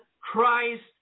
Christ